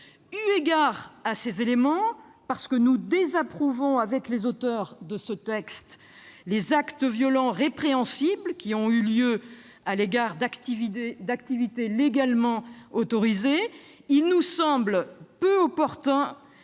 Eu égard à ces éléments, et parce que nous désapprouvons, comme les auteurs de ce texte, les actes violents et répréhensibles qui ont eu lieu contre des activités légalement autorisées, il nous semble plus opportun